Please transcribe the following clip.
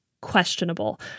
questionable